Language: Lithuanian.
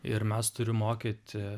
ir mes turim mokyti